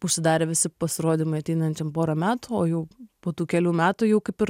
užsidarė visi pasirodymai ateinančiom porą metų o jau po tų kelių metų jau kaip ir